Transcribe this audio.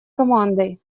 командой